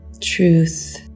truth